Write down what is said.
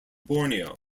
borneo